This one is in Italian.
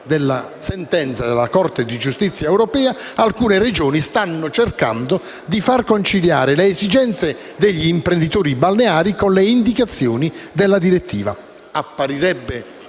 della sentenza della Corte di giustizia europea, alcune Regioni stanno cercando di far conciliare le esigenze degli imprenditori balneari con le indicazioni della direttiva. Apparirebbe